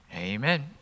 Amen